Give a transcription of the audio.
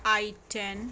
I ten